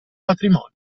patrimonio